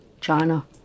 China